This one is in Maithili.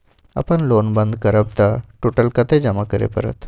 अपन लोन बंद करब त टोटल कत्ते जमा करे परत?